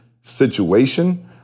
situation